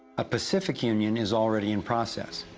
a pacific union is already in process.